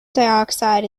dioxide